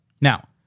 Now